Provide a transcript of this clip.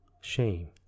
shame